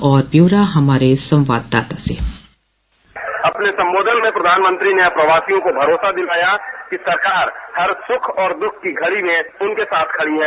और ब्यौरा हमारे संवाददाता से अपने संबोधन में प्रधानमंत्री ने अप्रवासियों को भरोसा दिलाया कि सरकार हर सुख और दुख की घड़ी में उनके साथ खड़ी है